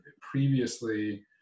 previously